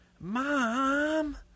mom